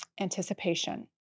anticipation